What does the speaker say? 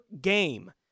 game